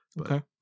Okay